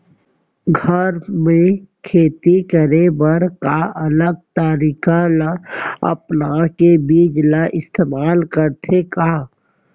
घर मे खेती करे बर का अलग तरीका ला अपना के बीज ला इस्तेमाल करथें का?